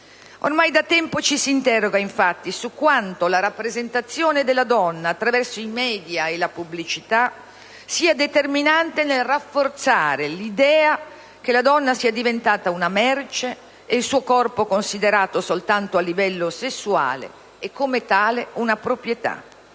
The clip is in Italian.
Ormai da tempo ci si interroga infatti su quanto la rappresentazione della donna attraverso i *media* e la pubblicità sia determinante nel rafforzare l'idea che la donna sia diventata una merce e il suo corpo considerato soltanto a livello sessuale e, come tale, una proprietà.